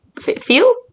Feel